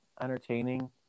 entertaining